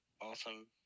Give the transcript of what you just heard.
awesome